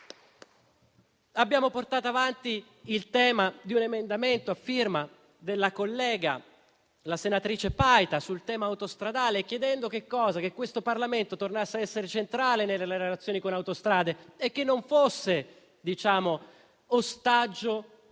Abbiamo portato avanti un emendamento a firma della collega senatrice Paita in materia autostradale, chiedendo che il Parlamento tornasse a essere centrale nelle relazioni con Autostrade e non fosse ostaggio